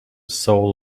soul